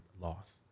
loss